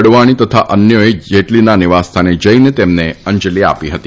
અડવાણી તથા અન્યોએ જેટલીના નિવાસસ્થાને જઇને તેમને અંજલી આપી હતી